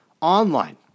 online